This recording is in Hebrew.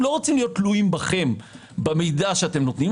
אנחנו לא רוצים להיות תלויים במידע שאתם נותנים.